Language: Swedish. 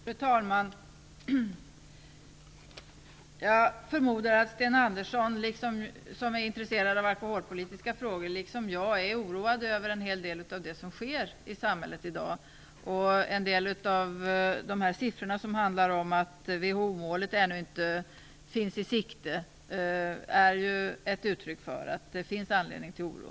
Fru talman! Jag förmodar att Sten Andersson, som är intresserad av alkoholpolitiska frågor, liksom jag är oroad över en hel del av det som sker i samhället i dag. En del av de siffror som handlar om att WHO målet ännu inte finns i sikte är ett uttryck för att det finns anledning till oro.